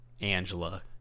Angela